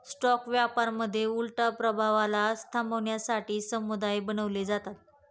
stock व्यापारामध्ये उलट प्रभावाला थांबवण्यासाठी समुदाय बनवले जातात